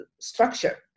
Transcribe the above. structure